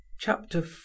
Chapter